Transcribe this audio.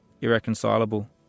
irreconcilable